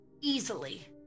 easily